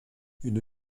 une